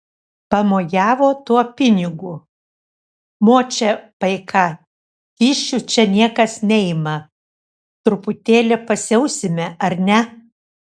pamojavo tuo pinigu močia paika kyšių čia niekas neima truputėlį pasiausime ar ne